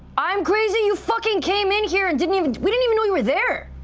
i'm crazy? you fucking came in here and didn't even we didn't even know you were there!